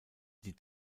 die